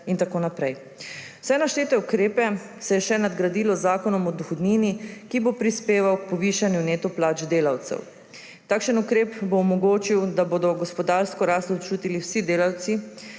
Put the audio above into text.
in tako naprej. Vse naštete ukrepe se je še nadgradilo z Zakonom o dohodnini, ki bo prispeval k povišanju neto plač delavcev. Takšen ukrep bo omogočil, da bodo gospodarsko rast občutili vsi delavci